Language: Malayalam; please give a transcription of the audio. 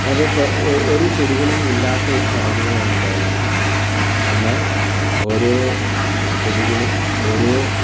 തന്നെ ഓരോ ചെടികളും ഇല്ലാത്ത ഒരു സഹചര്യത്തിൽ പണ്ട് ഉണ്ടായിരുന്നത് എന്നാൽ ഓരോ ചെടികളും ഓരോ